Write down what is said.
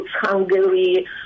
Hungary